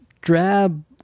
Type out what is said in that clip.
drab